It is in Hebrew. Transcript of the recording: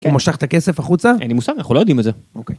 הוא משך את הכסף החוצה? אין לי מושג אנחנו לא יודעים את זה. אוקיי.